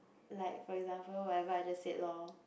like for example whatever I just said lor